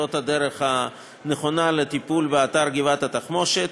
זאת הדרך הנכונה לטיפול באתר גבעת-התחמושת,